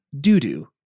doo-doo